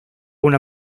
una